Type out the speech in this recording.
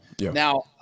Now